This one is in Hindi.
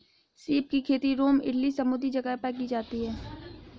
सीप की खेती रोम इटली समुंद्री जगह पर की जाती है